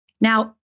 Now